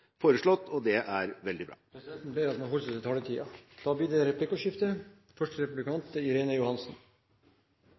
foreslått, og det er veldig bra. Presidenten ber om at man holder seg til taletiden. Det blir replikkordskifte.